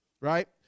Right